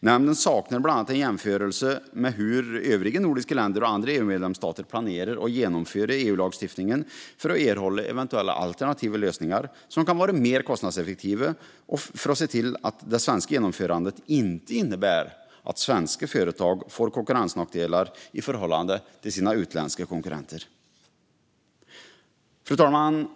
Nämnden saknar bland annat en jämförelse med hur övriga nordiska länder och andra EU-medlemsstater planerar att genomföra EU-lagstiftningen för att erhålla eventuella alternativa lösningar som kan vara mer kostnadseffektiva och för att se till att det svenska genomförandet inte innebär att svenska företag får konkurrensnackdelar i förhållande till sina utländska konkurrenter. Fru talman!